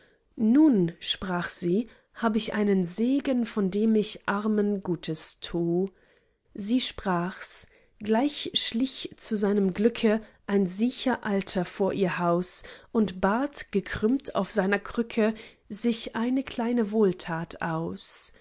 nun sprach sie hab ich einen segen von dem ich armen gutes tu sie sprachs gleich schlich zu seinem glücke ein siecher alter vor ihr haus und bat gekrümmt auf seiner krücke sich eine kleine wohltat aus